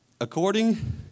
According